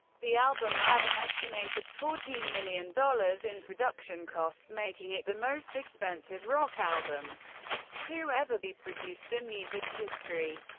the album had an estimated fourteen million dollars in production costs, making it the most expensive rock album to ever be produced in music history.